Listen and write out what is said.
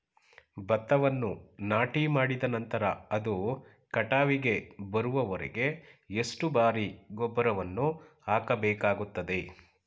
ಭತ್ತವನ್ನು ನಾಟಿಮಾಡಿದ ನಂತರ ಅದು ಕಟಾವಿಗೆ ಬರುವವರೆಗೆ ಎಷ್ಟು ಬಾರಿ ಗೊಬ್ಬರವನ್ನು ಹಾಕಬೇಕಾಗುತ್ತದೆ?